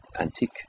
antique